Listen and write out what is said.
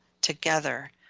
together